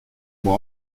moi